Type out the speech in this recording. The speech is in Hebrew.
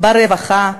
ברווחה,